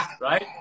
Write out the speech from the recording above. right